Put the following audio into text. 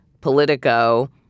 Politico